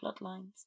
bloodlines